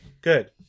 good